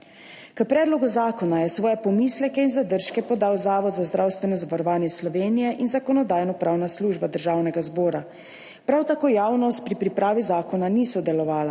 K predlogu zakona sta svoje pomisleke in zadržke podala Zavod za zdravstveno zavarovanje Slovenije in Zakonodajno-pravna služba Državnega zbora. Prav tako javnost pri pripravi zakona ni sodelovala.